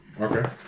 Okay